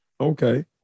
Okay